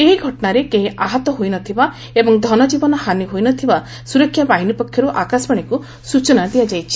ଏହି ଘଟଣାରେ କେହି ଆହତ ହୋଇ ନ ଥିବା ଏବଂ ଧନଜୀବନ ହାନି ହୋଇ ନ ଥିବା ସୁରକ୍ଷା ବାହିନୀ ପକ୍ଷରୁ ଆକାଶବାଣୀକୁ ସ୍କଚନା ଦିଆଯାଇଛି